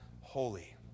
holy